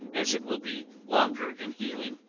as it will be longer in healing.